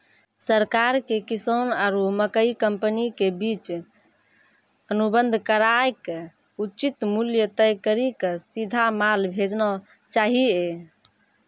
सरकार के किसान आरु मकई कंपनी के बीच अनुबंध कराय के उचित मूल्य तय कड़ी के सीधा माल भेजना चाहिए?